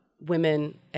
women